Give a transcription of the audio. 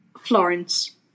Florence